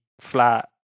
flat